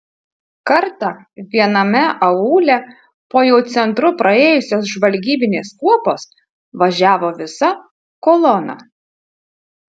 kartą viename aūle po jau centru praėjusios žvalgybinės kuopos važiavo visa kolona